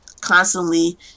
constantly